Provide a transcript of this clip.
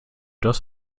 das